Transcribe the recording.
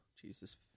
Jesus